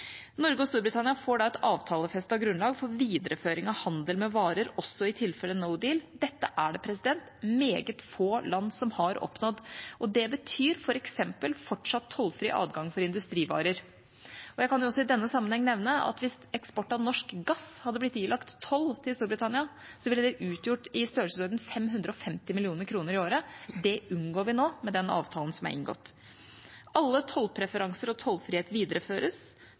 Norge og Storbritannia får da et avtalefestet grunnlag for videreføring av handel med varer også i tilfelle «no deal». Dette er det meget få land som har oppnådd, og det betyr f.eks. fortsatt tollfri adgang for industrivarer. Jeg kan i denne sammenheng også nevne at hvis eksport av norsk gass hadde blitt ilagt toll til Storbritannia, ville det utgjort i størrelsesorden 550 mill. kr i året. Det unngår vi nå, med den avtalen som er inngått. Alle tollpreferanser og tollfrihet videreføres.